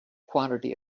quantity